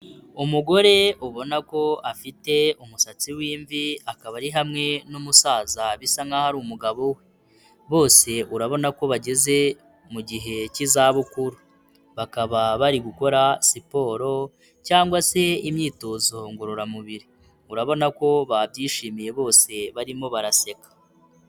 Umugore ubona ko afite umusatsi w'imvi, akaba ari hamwe n'umusaza bisa nkaho ari umugabo we. Bose urabona ko bageze mu gihe cy'izabukuru. Bakaba bari gukora siporo cyangwa se imyitozo ngororamubiri. Urabona ko babyishimiye bose barimo baraseka.